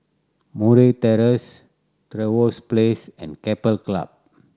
Murray Terrace Trevose Place and Keppel Club